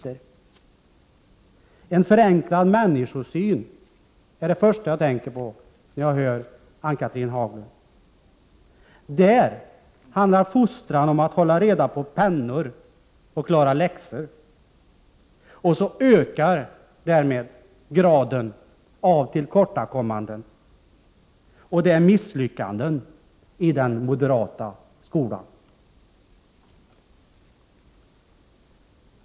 En förenklad människosyn är det första jag tänker på när jag hör Ann-Cathrine Haglund. För moderaterna, dessa skolpolitikens pietister, handlar fostran om att hålla reda på pennor och klara läxor, och därmed ökar graden av tillkortakommanden och misslyckanden i den moderata skolan.